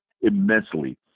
immensely